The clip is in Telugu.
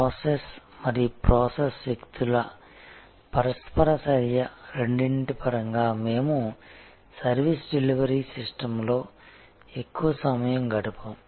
png ప్రాసెస్ మరియు ప్రాసెస్ వ్యక్తుల పరస్పర చర్య రెండింటి పరంగా మేము సర్వీస్ డెలివరీ సిస్టమ్లో ఎక్కువ సమయం గడిపాము